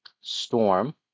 storm